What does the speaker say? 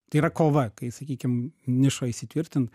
tai yra kova kai sakykim nišoj įsitvirtin